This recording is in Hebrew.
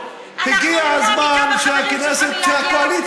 חברת הכנסת ברקו,